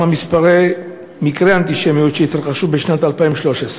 ומה הוא מספר מקרי האנטישמיות שהתרחשו ב-2013?